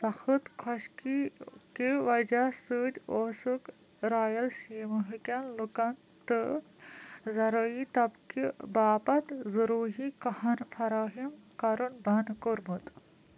سخٕت خۄشکی کہِ وجہ سۭتۍ اوسُکھ رائل سیٖمہٕکیٚن لُکَن تہٕ زرعی طبقہٕ باپتھ ضروٗری کہہَن فراہِم کرُن بنٛد کوٚرمُت